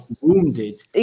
wounded